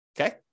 Okay